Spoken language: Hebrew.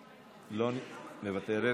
מוותרת,